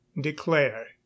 declare